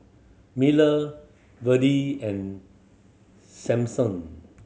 Miller Virdie and Sampson